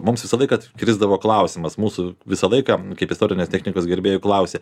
mums visą laiką krisdavo klausimas mūsų visą laiką kaip istorinės technikos gerbėjų klausė